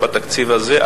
בתקציב הזה,